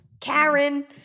Karen